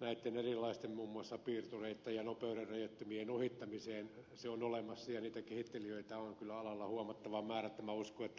näitten erilaisten muun muassa piirtureitten ja nopeudenrajoittimien ohittamiseen on olemassa ja niitä kehittelijöitä on kyllä alalla huomattava määrä että minä uskon että tulee myöskin tähän